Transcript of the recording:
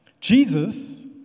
Jesus